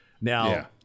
Now